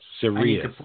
serious